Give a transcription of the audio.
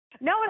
No